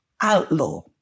outlaw